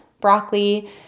broccoli